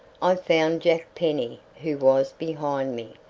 i found jack penny, who was behind me,